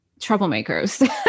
troublemakers